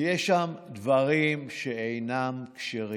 כי יש שם דברים שאינם כשרים.